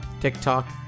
TikTok